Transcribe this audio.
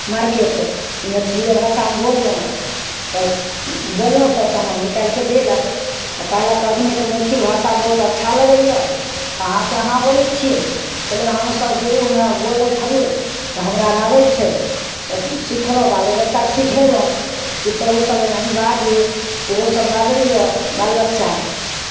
market तऽ मैथिलिए भाषामे हम बोललहुँ तऽ बोललहुँ तऽ सामान निकालि कऽ देलक तऽ कहलक अपनेके मैथिल भाषा बहुत अच्छा लगैए कहाँसँ अहाँ बोलै छियै कहलियै हमसभ शुरूमे बोलै छलियै तऽ हमरा आर आबै छै तऽ सिखलहुँ बालो बच्चाकेँ सिखयलहुँ कि तोहूँसभ एनाहि बाजय ओहोसभ बाजैए बाल बच्चा